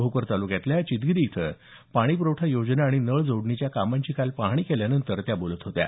भोकर तालुक्यातल्या चितगीरी इथं पाणी पुरवठा योजना आणि नळ जोडणीच्या कामांची काल पाहणी केल्यानंतर त्या बोलत होत्या